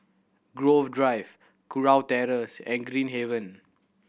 Grove Drive Kurau Terrace and Green Haven